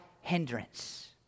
hindrance